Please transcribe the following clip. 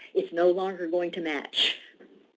it's no longer going to match.